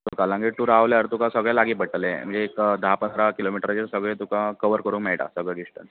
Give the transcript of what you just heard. कलंगूट तूं रावल्यार तुका सगळे लागी पडटले म्हणल्यार तुका धा पंदरा किलोमिटराचेर तुका सगळे कवर करूंक मेळटा सगळो डिस्टंस